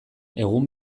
egun